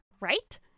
right